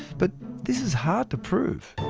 but this is hard to prove.